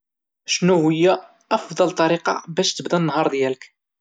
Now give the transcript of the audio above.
شنوهيا افضل طريقة باش تبدا النهار ديالك؟